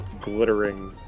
glittering